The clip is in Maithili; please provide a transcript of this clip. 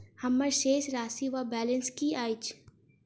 हम्मर शेष राशि वा बैलेंस की अछि?